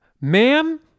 Ma'am